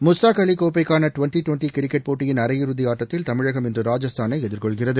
முஸ்தாக் அலிகோப்பைக்கானடிவெண்டிகிரிக்கெட் போட்டியின் அரையிறுதிஆட்டத்தில் தமிழகம் இன்று ராஜஸ்தானைதிர்கொள்கிறது